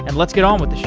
and let's get on with